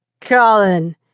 Colin